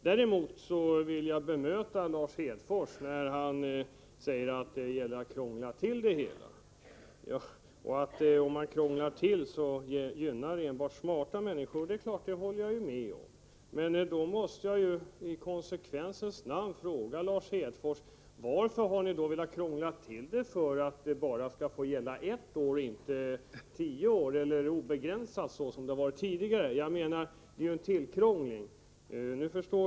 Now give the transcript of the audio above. Däremot vill jag bemöta Lars Hedfors när han säger att ett genomförande av vårt förslag skulle krångla till reglerna, att det enbart skulle gynna smarta människor. — Jag håller givetvis med om det. Men jag måste i konsekvensens namn fråga Lars Hedfors: Varför har ni krånglat till det hela, så att reglerna bara får gälla ett år och inte tio år eller obegränsat antal år, såsom tidigare?